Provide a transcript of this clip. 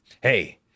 Hey